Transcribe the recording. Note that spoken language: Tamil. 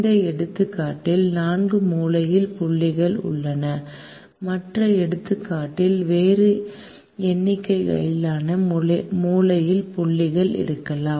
இந்த எடுத்துக்காட்டில் 4 மூலையில் புள்ளிகள் உள்ளன மற்ற எடுத்துக்காட்டுகளில் வேறு எண்ணிக்கையிலான மூலையில் புள்ளிகள் இருக்கலாம்